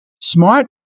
smart